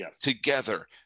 together